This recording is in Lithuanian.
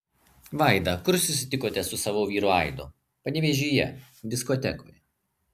vaida kur susitikote su savo vyru aidu panevėžyje diskotekoje